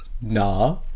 Nah